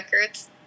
records